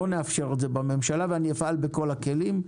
לא נאפשר את זה בממשלה, ואני אפעל בכל הכלים.